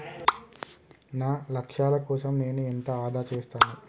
నా లక్ష్యాల కోసం నేను ఎంత ఆదా చేస్తాను?